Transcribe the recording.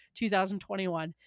2021